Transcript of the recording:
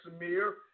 Samir